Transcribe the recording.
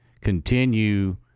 continue